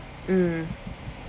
mm